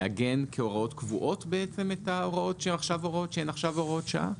לעגן כהוראות קבועות את ההוראות שהן עכשיו הוראות שעה?